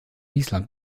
wiesland